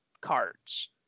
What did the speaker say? cards